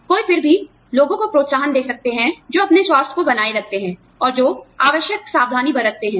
कोई फिर भी लोगों को प्रोत्साहन दे सकते हैं जो अपने स्वास्थ्य को बनाए रखते हैं और जो आवश्यक सावधानी बरतते हैं